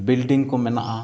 ᱵᱤᱞᱰᱤᱝᱠᱚ ᱢᱮᱱᱟᱜᱼᱟ